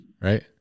right